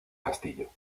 castillo